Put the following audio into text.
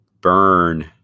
Burn